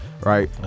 right